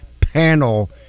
panel